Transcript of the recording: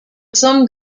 some